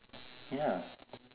ya